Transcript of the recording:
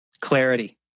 Clarity